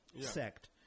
sect